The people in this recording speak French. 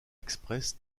express